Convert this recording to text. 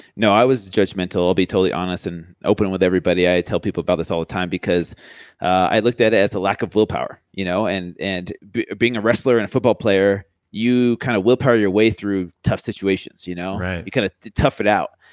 no, i was judgmental. i'll be totally honest and open with everybody. i tell people about this all the time because i looked at as a lack of willpower. you know and and being a wrestler and football player you kind of willpower your way through tough situations, you know, right? you kind of tough it out.